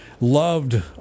Loved